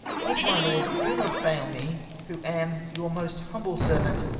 good, my lord, do not fail me, who am, your most humble servant,